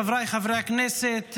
חבריי חברי הכנסת,